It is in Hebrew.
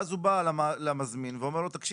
ואז הוא בא למזמין והוא אומר לו תקשיב,